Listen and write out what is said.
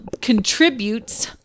contributes